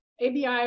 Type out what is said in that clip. ABI